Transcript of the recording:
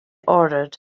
ordered